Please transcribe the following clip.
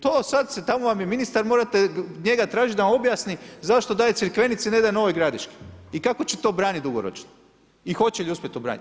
To sad se, tamo vam je ministar morate njega tražit da vam objasni zašto daje Crikvenici a ne daje Novoj Gradiški i kako će to obraniti dugoročno i hoće li uspjeti obraniti.